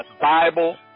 Bible